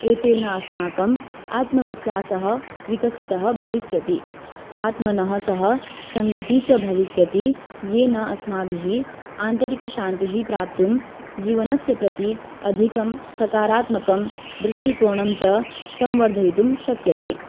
एतेन अस्माकम् आत्मविश्वासः विकसितः भविष्यति आत्मना सह सङ्गतिः च भविष्यति येन अस्माभिः आन्तरिकशान्तिः प्राप्तुं जीवनस्य प्रति अधिकं सकारात्मकं दृष्टिकोनं च संवर्धयितुं शक्यते